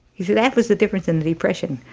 you see, that was the difference in the depression.